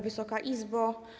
Wysoka Izbo!